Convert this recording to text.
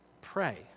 pray